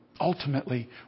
Ultimately